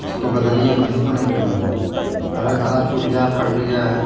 इसको बदलिए हम इसको नहीं पहनेंगे अब कलर साला छुट गया और फट भी गया है